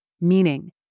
meaning